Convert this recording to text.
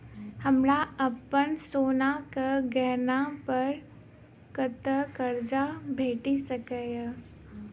हमरा अप्पन सोनाक गहना पड़ कतऽ करजा भेटि सकैये?